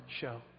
show